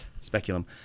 Speculum